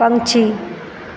पक्षी